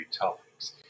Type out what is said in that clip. topics